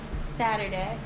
Saturday